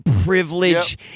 privilege